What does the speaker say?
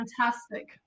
fantastic